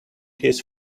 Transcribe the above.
his